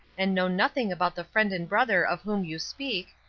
and know nothing about the friend and brother of whom you speak,